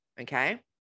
okay